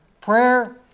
Prayer